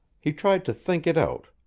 he tried to think it out,